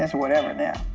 whatever now.